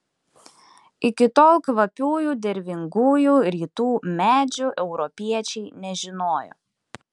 iki tol kvapiųjų dervingųjų rytų medžių europiečiai nežinojo